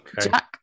Jack